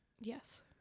Yes